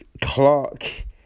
Clark